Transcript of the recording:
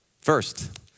First